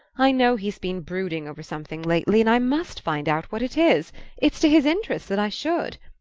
i know he's been brooding over something lately, and i must find out what it is it's to his interest that i should.